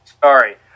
Sorry